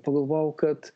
pagalvojau kad